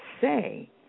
say